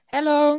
Hello